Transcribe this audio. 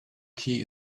key